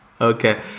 Okay